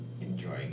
enjoying